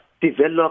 develop